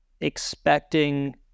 expecting